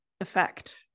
Effect